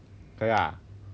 ya